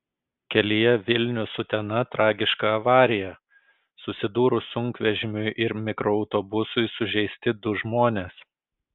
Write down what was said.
kelyje vilnius utena tragiška avarija susidūrus sunkvežimiui ir mikroautobusui sužeisti du žmonės